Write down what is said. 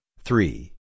three